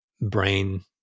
brain